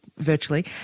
virtually